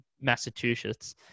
Massachusetts